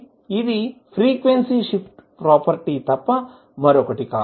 కాబట్టి ఇది frequency shift property తప్ప మరొకటి కాదు